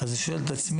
אז אני שואל את עצמי,